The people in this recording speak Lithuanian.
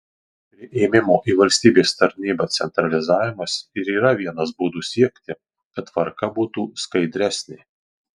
priėmimo į valstybės tarnybą centralizavimas ir yra vienas būdų siekti kad tvarka būtų skaidresnė